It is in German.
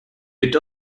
mit